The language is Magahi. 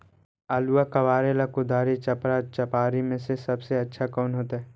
आलुआ कबारेला कुदारी, चपरा, चपारी में से सबसे अच्छा कौन होतई?